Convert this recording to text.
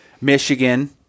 Michigan